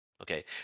Okay